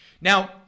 Now